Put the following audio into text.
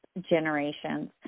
Generations